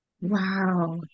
Wow